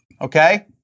Okay